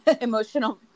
Emotional